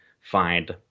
Find